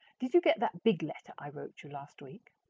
did you get that big letter i wrote you last week?